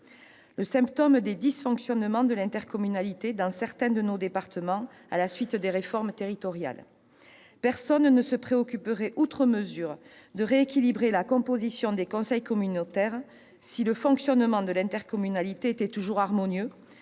un symptôme, celui des dysfonctionnements de l'intercommunalité dans certains de nos départements à la suite des dernières réformes territoriales. Personne ne se préoccuperait outre mesure de rééquilibrer la composition des conseils communautaires si le fonctionnement de l'intercommunalité était toujours harmonieux